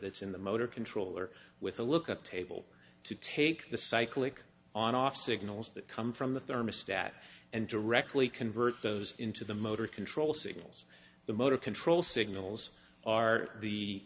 that's in the motor controller with a look up table to take the cyclic on off signals that come from the thermostat and directly convert those into the motor control signals the motor control signals are the